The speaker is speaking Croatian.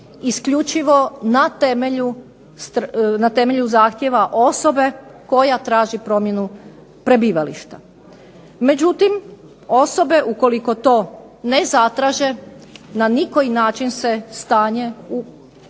isključivo na temelju zahtjeva osobe koja traži promjenu prebivališta. Međutim osobe ukoliko to ne zatraže na nikoji način se stanje u evidenciji